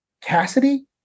Cassidy